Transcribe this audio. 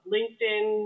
LinkedIn